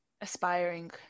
aspiring